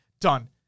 done